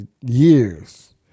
years